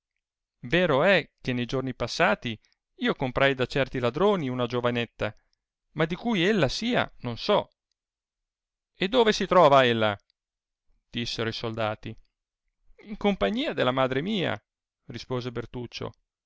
vero è che nei giorni passati io comprai da certi ladroni una giovanetta ma di cui ella sia non so e dove si trova ella dissero i soldati in compagnia della madre mia rispose bertuccio